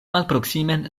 malproksimen